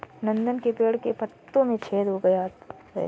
नंदन के पेड़ के पत्तों में छेद हो गया है